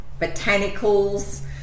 botanicals